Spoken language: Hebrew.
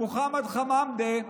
מוחמד חממדה.